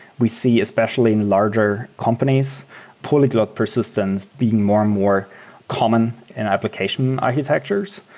we see especially in larger companies polyglot persistence being more and more common in application architectures.